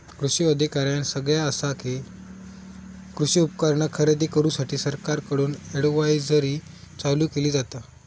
कृषी अधिकाऱ्यानं सगळ्यां आसा कि, कृषी उपकरणा खरेदी करूसाठी सरकारकडून अडव्हायजरी चालू केली जाता